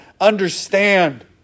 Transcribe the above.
understand